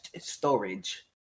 storage